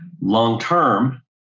Long-term